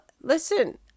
listen